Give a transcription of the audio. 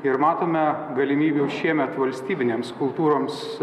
ir matome galimybių šiemet valstybinėms kultūros